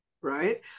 right